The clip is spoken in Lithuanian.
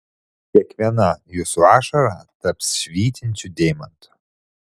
kiekviena jūsų ašara taps švytinčiu deimantu